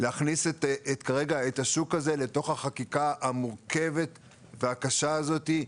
להכניס את השוק הזה לתוך החקיקה המורכבת והקשה הזו.